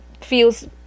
feels